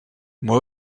moi